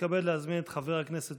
התשפ"ג 2023, מאת חבר הכנסת